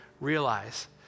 realize